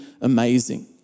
amazing